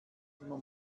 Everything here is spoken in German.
immer